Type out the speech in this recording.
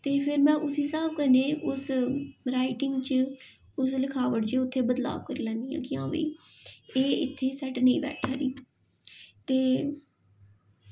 ते फिर में उसी स्हाब कन्नै उस राईटिंग च उस लखावट च उत्थें बदलाव करी लैन्नी कि हां भाई एह् इत्थें सेट नेईं बैठा दी ते